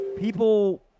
people